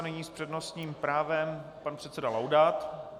Nyní s přednostním právem pan předseda Laudát.